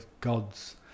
gods